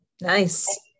Nice